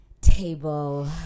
table